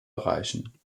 erreichen